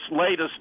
latest